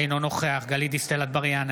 אינו נוכח גלית דיסטל אטבריאן,